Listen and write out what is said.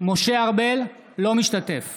אינו משתתף